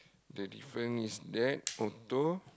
the different is that auto